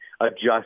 adjust